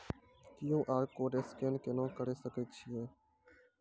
QR code scan केना करै सकय छियै?